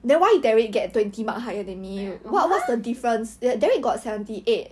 !huh!